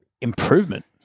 improvement